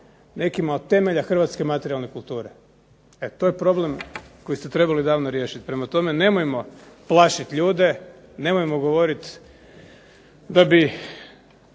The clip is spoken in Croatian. nekima od temelja hrvatske materijalne kulture. To je problem koji ste trebali davno riješiti. Prema tome, nemojmo plašit ljude, nemojmo govorit da bi